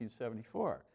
1974